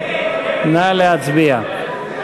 נא להצביע.